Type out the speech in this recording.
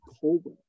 Colbert